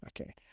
Okay